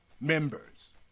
members